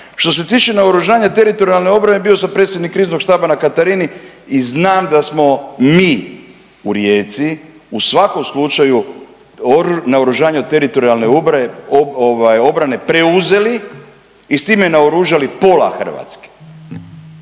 što se tiče naoružanja teritorijalne obrane bio sam predsjednik Kriznog štaba na Katarini i znam da smo mi u Rijeci u svakom slučaju naoružanje od teritorijalne obrane preuzeli i s time naoružali pola Hrvatske.